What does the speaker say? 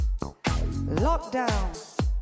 Lockdown